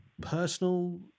personal